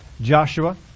Joshua